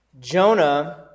Jonah